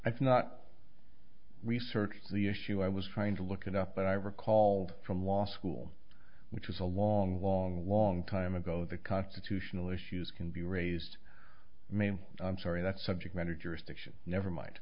i've not researched the issue i was trying to look it up but i recalled from law school which was a long long long time ago the constitutional issues can be raised me i'm sorry that subject matter jurisdiction never mind